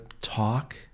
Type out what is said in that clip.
talk